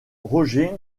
roger